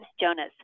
Jonas